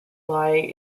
lie